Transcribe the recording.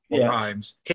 times